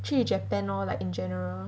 去 japan lor like in general